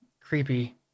creepy